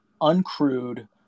uncrewed